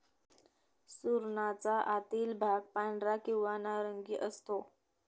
सुरणाचा आतील भाग पांढरा किंवा नारंगी असतो